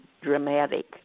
dramatic